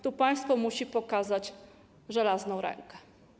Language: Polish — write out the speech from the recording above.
Tu państwo musi pokazać żelazną rękę.